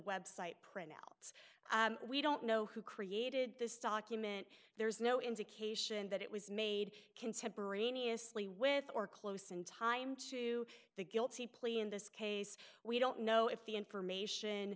website printouts we don't know who created this document there's no indication that it was made contemporaneously with or close in time to the guilty plea in this case we don't know if the information